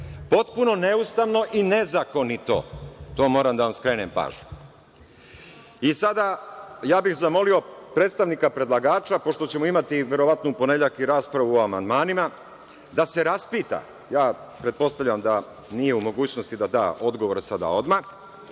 Potpuno neustavno i nezakonito. To moram da vam skrenem pažnju.I sada ja bih zamolio predstavnika predlagača, pošto ćemo imati verovatno u ponedeljak i raspravu o amandmanima da se raspita, pretpostavljam da nije u mogućnosti da odgovor sada odmah.